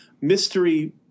mystery